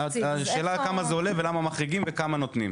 השאלה כמה זה עולה, למה מחריגים וכמה נותנים.